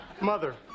Mother